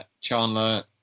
Chandler